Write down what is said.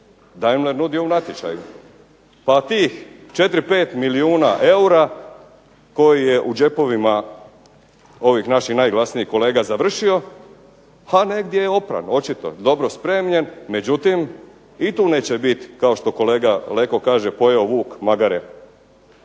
Daimler nudio u natječaju, pa tih 4, 5 milijuna eura koji je u džepovima ovih naših najglasnijih kolega završio ha negdje je opran, očito dobro spremljen. Međutim, i tu neće biti kao što kolega Leko kaže pojeo vuk magare.